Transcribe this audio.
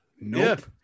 nope